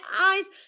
eyes